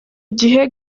gihe